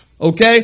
okay